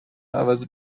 عوض